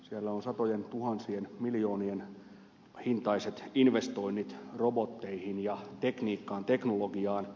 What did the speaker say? siellä on satojentuhansien miljoonien hintaiset investoinnit robotteihin ja tekniikkaan teknologiaan